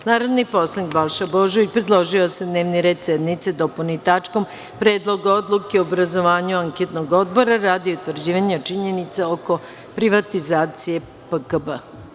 Narodni poslanik Balša Božović predložio je da se dnevni red sednice dopuni tačkom – Predlog odluke o obrazovanju Anketnog odbora radi utvrđivanja činjenica oko privatizacije PKB.